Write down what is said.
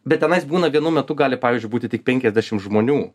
bet tenais būna vienu metu gali pavyzdžiui būti tik penkiasdešim žmonių